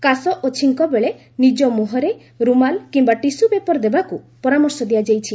କାଶ ଓ ଛିଙ୍କବେଳେ ନିଜ ମୁହଁରେ ରୁମାଲ୍ କିମ୍ବା ଟିସ୍କ ପେପର୍ ଦେବାକୁ ପରାମର୍ଶ ଦିଆଯାଇଛି